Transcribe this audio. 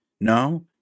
No